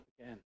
again